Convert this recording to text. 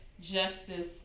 justice